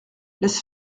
laisse